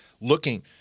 looking